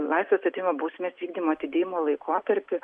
laisvės atėmimo bausmės vykdymo atidėjimo laikotarpį